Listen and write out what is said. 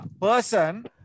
person